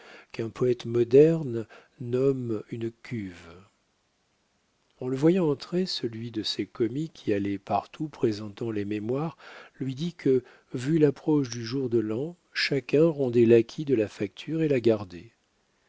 qu'un poète moderne nomme une cuve en le voyant entrer celui de ses commis qui allait partout présentant les mémoires lui dit que vu l'approche du jour de l'an chacun rendait l'acquit de la facture et la gardait